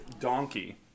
donkey